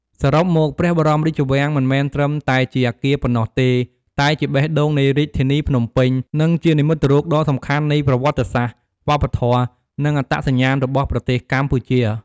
សរុបមក ព្រះបរមរាជវាំងមិនមែនត្រឹមតែជាអគារប៉ុណ្ណោះទេ តែជាបេះដូងនៃរាជធានីភ្នំពេញ និងជានិមិត្តរូបដ៏សំខាន់នៃប្រវត្តិសាស្ត្រ វប្បធម៌ និងអត្តសញ្ញាណរបស់ប្រទេសកម្ពុជា។